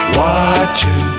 watching